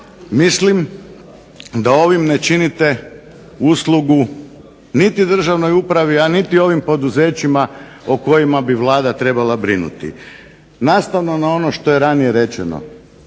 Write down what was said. Mislim da ovim ne činite uslugu niti državnoj upravi a niti ovim poduzećima o kojima bi Vlada trebala brinuti. Nastavno na ono što je ranije rečeno,